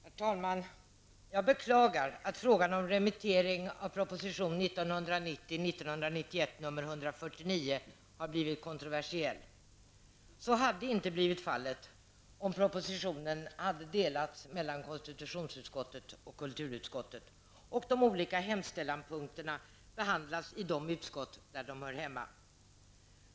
Herr talman! Jag beklagar att frågan om remittering av proposition 1990/91:149 har blivit kontroversiell. Så hade inte blivit fallet om propositionen hade delats mellan konstitutionsutskottet och kulturutskottet och om de olika punkterna i hemställan hade behandlats i de utskott där de hör hemma.